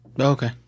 Okay